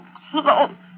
close